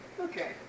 Okay